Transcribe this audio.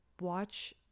watch